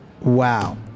Wow